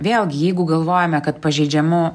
vėlgi jeigu galvojame kad pažeidžiamu